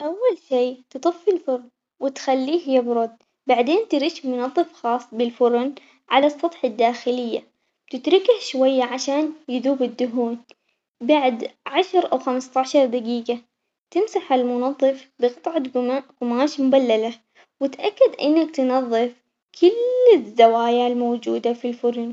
أول شي تطفي الفرن وتخليه يبرد، بعدين ترش منظف خاص بالفرن على السطح الداخلية وتتركه شوية عشان يذوب الدهون، بعد عشر أو خمسة عشر دقيقة تمسح المنظف بقطعة قما- قماش مبللة وتأكد إنك تنظف كل الزوايا الموجودة في الفرن.